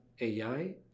AI